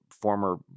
former